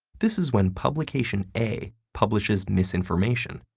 this is when publication a publishes misinformation,